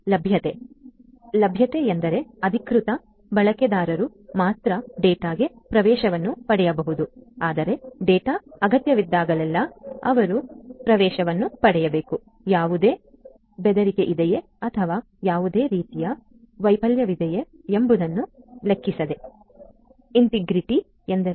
ಆದ್ದರಿಂದ ಲಭ್ಯತೆ ಎಂದರೆ ಅಧಿಕೃತ ಬಳಕೆದಾರರು ಮಾತ್ರ ಡೇಟಾಗೆ ಪ್ರವೇಶವನ್ನು ಪಡೆಯಬಹುದು ಆದರೆ ಡೇಟಾ ಅಗತ್ಯವಿದ್ದಾಗಲೆಲ್ಲಾ ಅವರು ಪ್ರವೇಶವನ್ನು ಪಡೆಯಬೇಕು ಯಾವುದೇ ಬೆದರಿಕೆ ಇದೆಯೇ ಅಥವಾ ಯಾವುದೇ ರೀತಿಯ ವೈಫಲ್ಯವಿದೆಯೇ ಎಂಬುದನ್ನು ಲೆಕ್ಕಿಸದೆ